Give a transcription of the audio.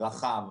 רחב,